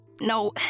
No